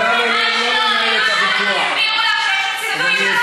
מבינים משהו.